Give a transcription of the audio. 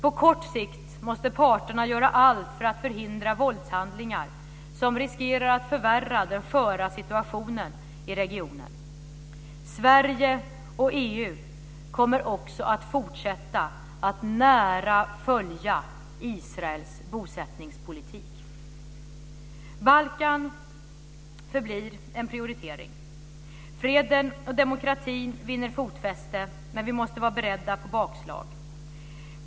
På kort sikt måste parterna göra allt för att förhindra våldshandlingar som riskerar att förvärra den sköra situationen i regionen. Sverige och EU kommer också att fortsätta att nära följa Israels bosättningspolitik. Balkan förblir en prioritering. Freden och demokratin vinner fotfäste, men vi måste vara beredda på bakslag.